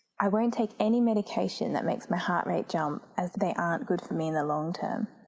i won't take any medication that makes my heart rate jump, as they aren't good for me in the long term.